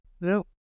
No